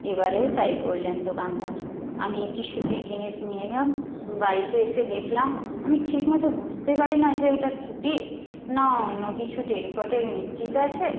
এবারেও তাই করলেন দোকানদার আমি একটি সুতির জিনিস নিয়ে এলাম বাড়িতে এসে দেখলাম আমি ঠিকমতো বুঝতে পারি না যে ওটা সুতির না অন্য কিছু টেরিকটের মিশ্রিত আছে